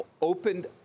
opened